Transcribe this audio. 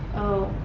oh. uhhh.